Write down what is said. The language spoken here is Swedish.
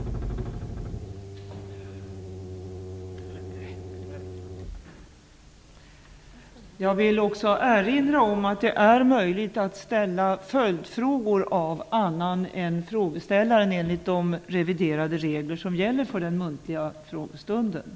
Jag vill också erinra om att det är möjligt för andra än frågeställaren att ställa följdfrågor, enligt de reviderade regler som gäller för den muntliga frågestunden.